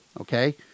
Okay